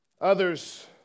Others